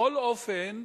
בכל אופן,